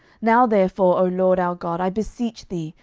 now therefore, o lord our god, i beseech thee,